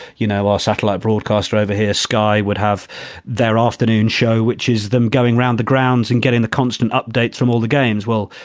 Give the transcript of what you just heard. you know, our satellite broadcaster over here, sky would have their afternoon show. which is them going round the grounds and getting the constant updates from all the games, well,